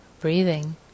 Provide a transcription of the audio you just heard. breathing